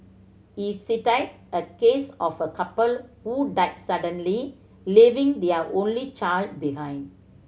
he cited a case of a couple who died suddenly leaving their only child behind